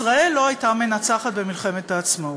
ישראל לא הייתה מנצחת במלחמת העצמאות.